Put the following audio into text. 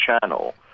channel